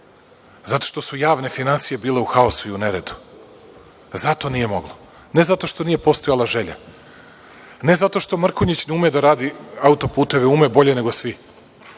Zato što su javne finansije bile u haosu i u neredu. Zato nije moglo, ne zato što nije postojala želja, ne zato što Mrkonjić ne ume da radi auto-puteve, ume bolje nego svi,